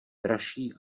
dražší